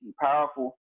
powerful